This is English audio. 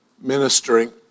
ministering